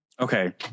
Okay